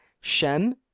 Shem